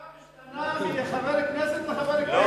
הדקה משתנה מחבר כנסת לחבר כנסת.